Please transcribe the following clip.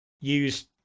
use